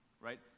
right